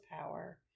power